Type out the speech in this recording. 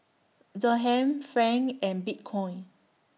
Dirham Franc and Bitcoin